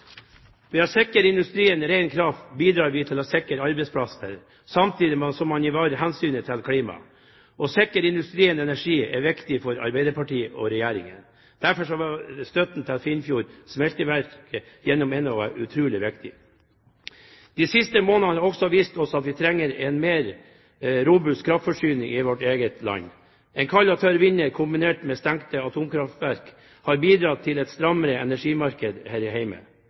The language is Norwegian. Ved å sikre industrien ren kraft bidrar vi til å sikre arbeidsplasser, samtidig som vi ivaretar hensynet til klimaet. Å sikre industrien energi er viktig for Arbeiderpartiet og Regjeringen. Derfor er støtten til Finnfjord smelteverk gjennom Enova utrolig viktig. De siste månedene har også vist oss at vi trenger en mer robust kraftforsyning i vårt eget land. En kald og tørr vinter kombinert med stengte atomkraftverk har bidratt til et strammere energimarked her